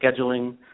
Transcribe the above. scheduling